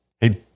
Hey